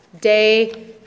day